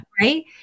right